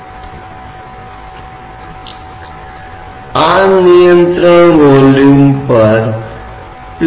अब इस तरह की अवधारणा के साथ कोई भी यंत्र का उपयोग कर सकता है इस तरह की अवधारणा का उपयोग वायुमंडलीय दबावों को मापने के लिए उपकरण बनाने में कर सकता है जैसे कि आपके पास बैरोमीटर है